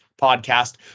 podcast